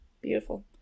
Beautiful